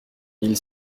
mille